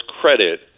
credit